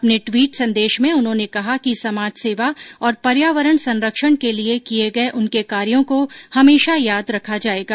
अपने टवीट संदेश में उन्होंने कहा कि समाज सेवा और पर्यावरण संरक्षण के लिए किये गये उनके कार्यो को हमेशा याद रखा जायेगा